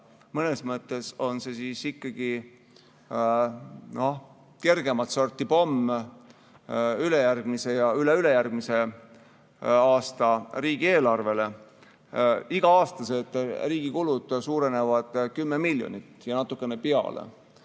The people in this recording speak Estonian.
Mõnes mõttes on see ikkagi kergemat sorti pomm ülejärgmise ja üle-ülejärgmise aasta riigieelarvele. Riigi iga-aastased kulud suurenevad 10 miljonit ja natukene peale.